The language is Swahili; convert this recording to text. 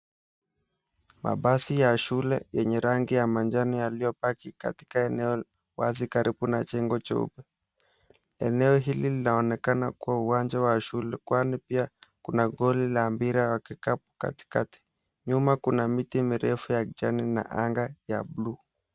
Mabasi ya shule yenye rangi ya manjano yaliyopark eneo wazi karibu na jengo jeupe. Eneo hili linaonekana kuwa uwanja wa shule kwani pia kuna goli la mpira wa kikapu katikati, nyuma kuna miti mirefu ya kijani na anga ya buluu.